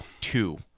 two